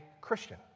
Christian